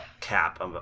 cap